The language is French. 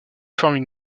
forment